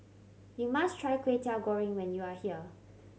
you must try Kwetiau Goreng when you are here